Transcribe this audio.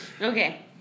Okay